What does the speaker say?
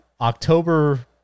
October